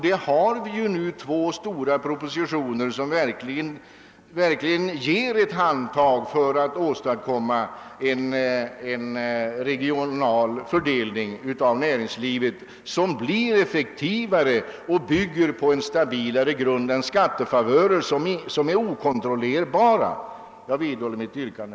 Vi har nu två stora propositioner som verkligen ger ett handtag för att åstadkomma en regional fördelning av näringslivet. Den hjälpen blir effektivare och bygger på en stabilare grund än skattefavörer, som är okontrollerbara. Herr talman! Jag vidhåller mitt yrkande.